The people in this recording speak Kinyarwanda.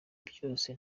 byose